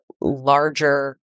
larger